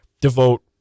devote